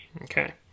Okay